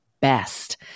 best